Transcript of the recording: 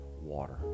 water